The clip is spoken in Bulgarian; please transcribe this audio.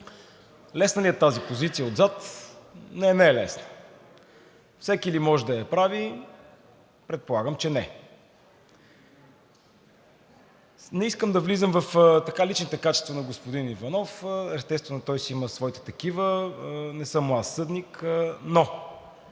Лесна ли е тази позиция отзад? Не, не е лесна. Всеки ли може да я прави? Предполагам, че не. Не искам да влизам в личните качества на господин Иванов. Естествено, той си има своите такива, не съм му аз съдник, но